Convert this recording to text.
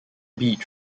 beach